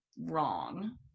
wrong